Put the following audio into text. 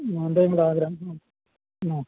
എൻ്റെയും കൂടെ ആഗ്രഹം ആ